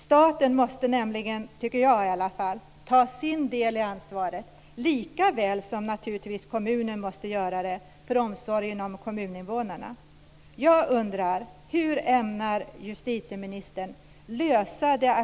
Staten måste ta sin del i ansvaret, likaväl som kommunen också måste visa omsorg om kommuninvånarna.